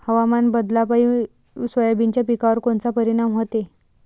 हवामान बदलापायी सोयाबीनच्या पिकावर कोनचा परिणाम होते?